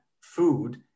food